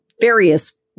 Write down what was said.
various